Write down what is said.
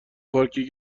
پارکی